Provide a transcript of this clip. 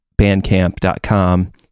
Bandcamp.com